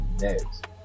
next